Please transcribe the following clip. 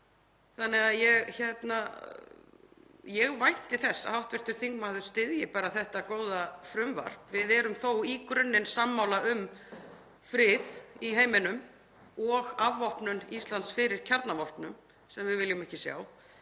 Ég vænti þess að hv. þingmaður styðji þetta góða frumvarp. Við erum þó í grunninn sammála um frið í heiminum og afvopnun Íslands fyrir kjarnavopnum, sem við viljum ekki sjá.